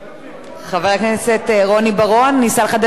חבר הכנסת רוני בר-און ניסה לחדד פה נקודה,